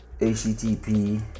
http